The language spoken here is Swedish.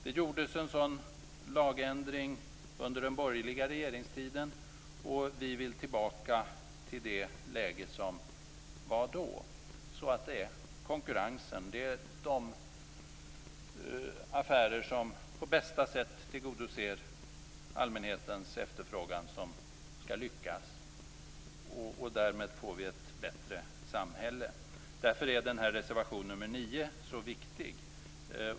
Det gjordes en sådan lagändring under den borgerliga regeringstiden, och vi vill gå tillbaka till det läge vi hade då. Det är konkurrensen som skall avgöra. De affärer som på bästa sätt tillgodoser allmänhetens efterfrågan skall lyckas. Därmed får vi ett bättre samhälle. Därför är reservation nr 9 så viktig.